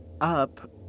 up